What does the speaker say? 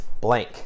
blank